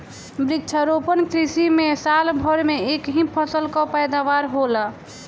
वृक्षारोपण कृषि में साल भर में एक ही फसल कअ पैदावार होला